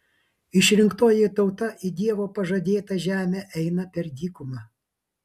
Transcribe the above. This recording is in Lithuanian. išrinktoji tauta į dievo pažadėtą žemę eina per dykumą